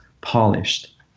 polished